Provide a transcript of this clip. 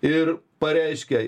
ir pareiškė